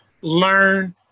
learn